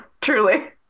truly